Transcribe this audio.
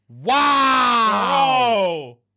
Wow